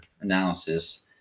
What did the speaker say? analysis